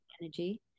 energy